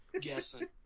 guessing